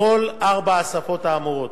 בכל ארבע השפות האמורות.